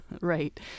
right